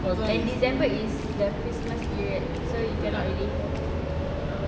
and december is the christmas period so you cannot already